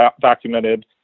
documented